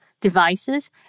devices